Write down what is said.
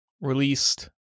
released